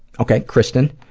okay, kristin.